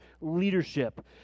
leadership